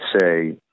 say